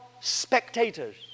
spectators